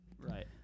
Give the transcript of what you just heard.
Right